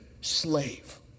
slave